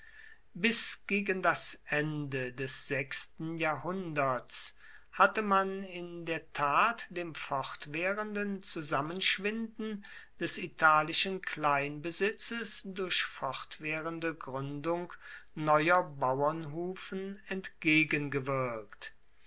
bis gegen das ende des sechsten jahrhunderts hatte man in der tat dem fortwährenden zusammenschwinden des italischen kleinbesitzes durch fortwährende gründung neuer bauernhufen entgegengewirkt